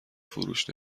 فروش